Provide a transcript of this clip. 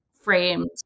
frames